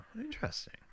interesting